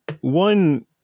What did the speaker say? one